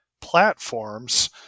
platforms